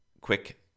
quick